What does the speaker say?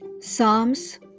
Psalms